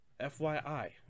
FYI